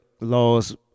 laws